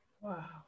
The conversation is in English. wow